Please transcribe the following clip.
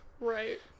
Right